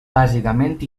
bàsicament